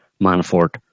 Manafort